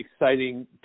exciting